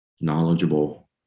knowledgeable